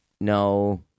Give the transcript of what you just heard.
No